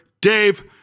Dave